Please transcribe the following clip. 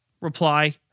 reply